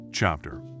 Chapter